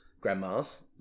grandmas